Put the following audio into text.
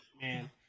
Man